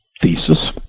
thesis